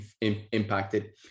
impacted